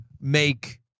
make